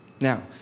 Now